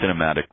cinematic